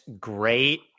great